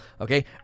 Okay